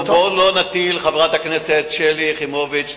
חברת הכנסת שלי יחימוביץ,